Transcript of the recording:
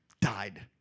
died